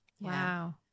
Wow